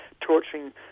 torturing